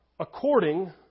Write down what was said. According